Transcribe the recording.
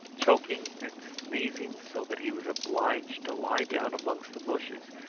choking and sneezing, so that he was obliged to lie down amongst the bushes,